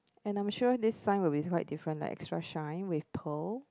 and I'm sure this sign will be quite different like extra shine with pearl